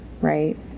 right